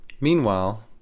Meanwhile